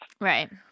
Right